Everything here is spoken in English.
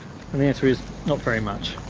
the answer is not very much.